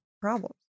problems